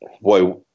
boy